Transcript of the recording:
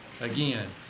again